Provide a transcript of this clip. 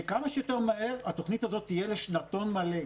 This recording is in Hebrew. שכמה שיותר מהר התוכנית הזאת תהיה לשנתון מלא.